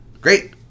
Great